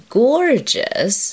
gorgeous